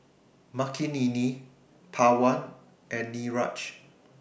Makineni Pawan and Niraj